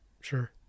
Sure